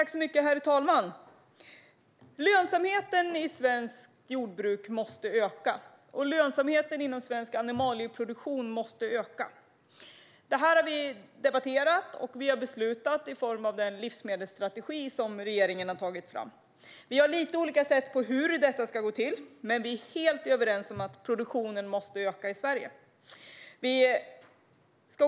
Herr talman! Lönsamheten i svenskt jordbruk och svensk animalieproduktion måste öka. Detta har vi debatterat och beslutat i den livsmedelsstrategi som regeringen har tagit fram. Vi ser lite olika på hur detta ska gå till, men vi är helt överens om att produktionen i Sverige måste öka.